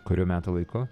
kurių metų laiku